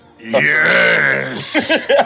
Yes